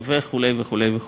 וכו' וכו' וכו'.